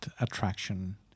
attraction